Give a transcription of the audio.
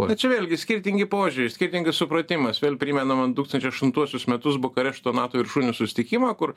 čia vėlgi skirtingi požiūriai skirtingas supratimas vėl primena man du tūkstančiai aštuntuosius metus bukarešto nato viršūnių susitikimą kur